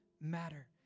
matter